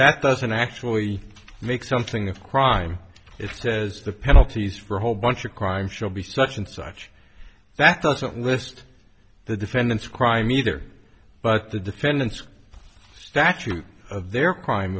that doesn't actually make something of crime it says the penalties for a whole bunch of crimes should be such and such that doesn't list the defendant's crime either but the defendant's statute of their crime